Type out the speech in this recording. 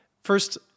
First